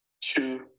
Two